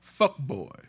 fuckboy